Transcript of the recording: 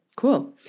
Cool